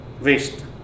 waste